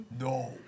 No